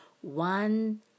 one